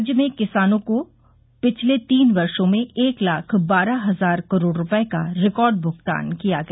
राज्य में किसानों को पिछले तीन वर्षो में एक लाख बारह हजार करोड़ रूपये का रिकार्ड भुगतान किया गया